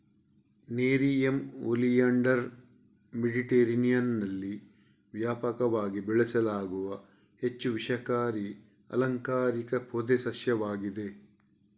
nerium oleander ಮೆಡಿಟರೇನಿಯನ್ನಲ್ಲಿ ವ್ಯಾಪಕವಾಗಿ ಬೆಳೆಸಲಾಗುವ ಹೆಚ್ಚು ವಿಷಕಾರಿ ಅಲಂಕಾರಿಕ ಪೊದೆ ಸಸ್ಯವಾಗಿದೆ